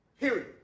Period